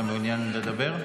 אתה מעוניין לדבר?